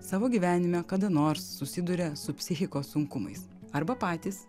savo gyvenime kada nors susiduria su psichikos sunkumais arba patys